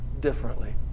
differently